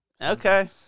Okay